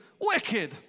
wicked